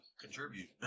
contribute